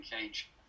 cage